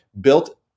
built